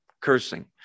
cursing